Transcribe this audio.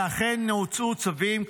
ואכן הוצאו צווים,